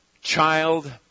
child